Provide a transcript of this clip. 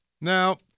Now